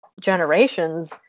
generations